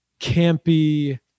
campy